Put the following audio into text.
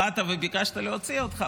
באת וביקשת להוציא אותך,